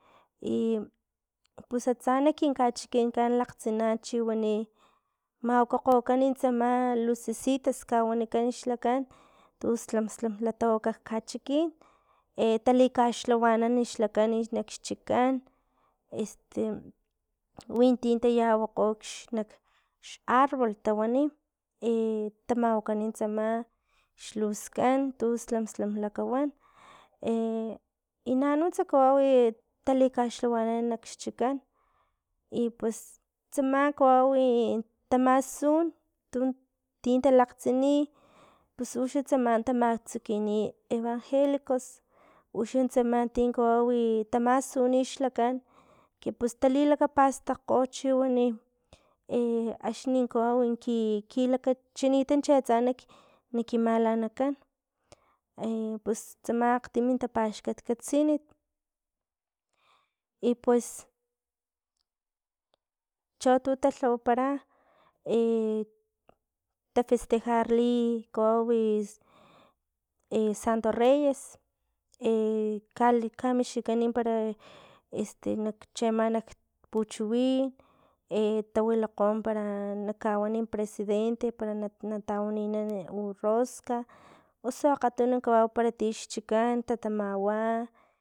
Sei pus atsa kin kachikinkan lakgtina chiwani mawakgokan tsama lucesitas kawanikan xlakan tu slam slam tawaka kachikin e tali kaxlhawanankan nak xchikan winti tayawayo xnak xarbol tawani tamawakani tsama xluskan tu slam slam lakawan e i nanuntsa kawawi tali kaxlhawanan nak xchikan i pues tsama kawawi tamasun tu tin talakgtsini pus uxa tsama tamatsukini evangelicos, uxan tsama tin kawawi tamasuni xlakan k pus talilakapastakgo chiwani axni kawau ki- kilakachinitanch atsa naki naki malanakan pues tsama akgtimi tapaxkatkatsini i pues, cho tu talhawapara tafestejarli kawawi santo reyes kala kamixkikan para este nak cheama nak puchiwin e tawilakgo para nakawani para presidente para na tawaninan u rosc osu akgatunu kawau para ti xchikan para tamawa